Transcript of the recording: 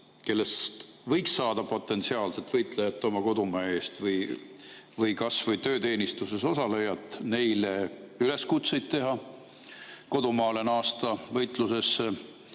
kellest võiks saada potentsiaalselt võitleja oma kodumaa eest või kas või tööteenistuses osaleja, teha üleskutseid naasta kodumaale võitlusesse,